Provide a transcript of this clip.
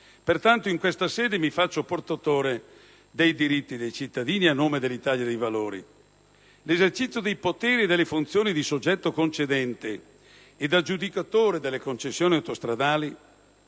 pertanto, in questa sede mi faccio portatore dei diritti dei cittadini a nome del Gruppo Italia dei Valori. L'esercizio dei poteri e delle funzioni di soggetto concedente ed aggiudicatario delle concessioni autostradali